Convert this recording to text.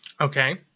Okay